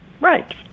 Right